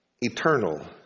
eternal